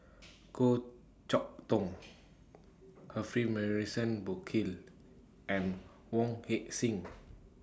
Goh Chok Tong Humphrey Morrison Burkill and Wong Heck Sing